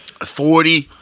authority